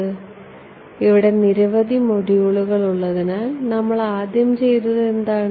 അതിനാൽ ഇവിടെ നിരവധി മൊഡ്യൂളുകൾ ഉള്ളതിനാൽ നമ്മൾ ആദ്യം ചെയ്തത് എന്താണ്